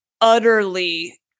utterly